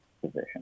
position